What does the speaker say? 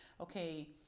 okay